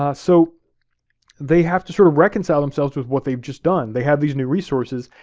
ah so they have to sort of reconcile themselves with what they've just done, they have these new resources,